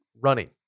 running